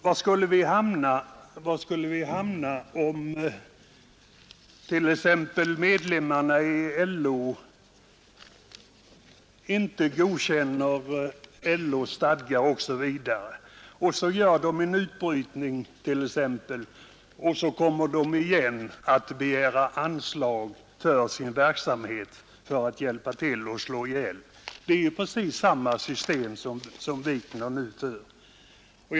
Var skulle man hamna om t.ex. medlemmar i LO inte godkände LO:s stadgar utan gjorde en utbrytning och sedan kom tillbaka med en begäran 25 om anslag för sin verksamhet för att få hjälp med att bekämpa den gamla organisationen? Det är ju precis samma ordning som herr Wikner nu talar för.